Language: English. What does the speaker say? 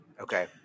Okay